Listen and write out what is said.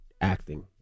acting